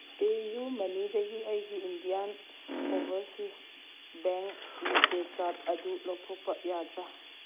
PayU ꯃꯅꯤꯗꯒꯤ ꯑꯩꯒꯤ Indian overseas bank RuPay card ꯑꯗꯨ ꯂꯧꯊꯣꯛꯄ ꯌꯥꯗ꯭ꯔꯥ